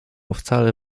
wcale